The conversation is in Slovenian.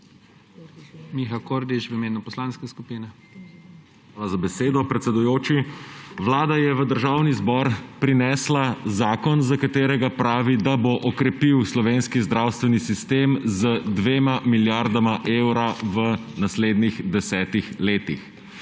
Miha Kordiš v imenu poslanske skupine. MIHA KORDIŠ (PS Levica): Hvala za besedo, predsedujoči. Vlada je v Državni zbor prinesla zakon, za katerega pravi, da bo okrepil slovenski zdravstveni sistem z 2 milijardama evrov v naslednjih 10 letih.